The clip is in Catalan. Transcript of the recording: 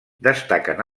destaquen